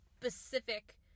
specific